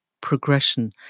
progression